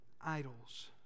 idols